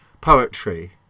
poetry